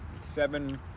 seven